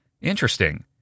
interesting